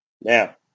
Now